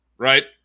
Right